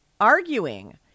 arguing